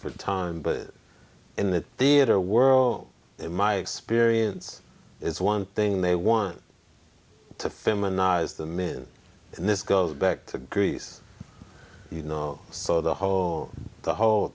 for time but in the theater world my experience is one thing they want to feminize the men and this goes back to greece you know so the whole the whole